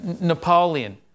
Napoleon